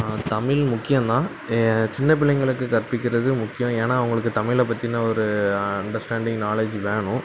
தமிழ் முக்கியம் தான் சின்ன பிள்ளைங்களுக்கு கற்பிக்கிறது முக்கியம் ஏன்னா அவங்களுக்கு தமிழைப் பற்றின ஒரு அண்டர்ஸ்டாண்டிங் நாலெட்ஜ் வேணும்